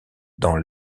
dans